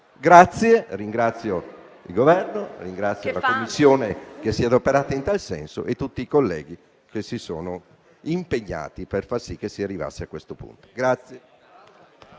italiana. Ringrazio il Governo e la Commissione che si è adoperata in tal senso, nonché tutti i colleghi che si sono impegnati per far sì che si arrivasse a questo punto.